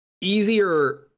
easier